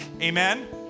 Amen